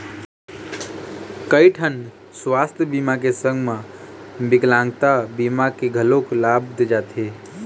कइठन सुवास्थ बीमा के संग म बिकलांगता बीमा के घलोक लाभ दे जाथे